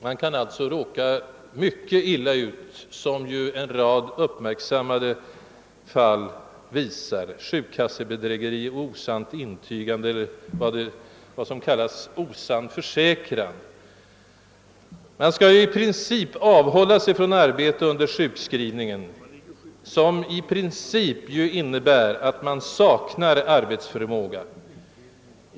Man kan alltså råka mycket illa ut, vilket också en del uppmärksammade fall visar då vederbörande dömts för sjukkassebedrägeri, osant intygande eller osann försäkran. Man skall i princip avhålla sig från arbete under sjukskrivningen, som i princip innebär att man saknar arbetsförmåga.